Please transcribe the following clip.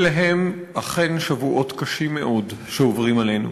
אלה הם אכן שבועות קשים מאוד שעוברים עלינו.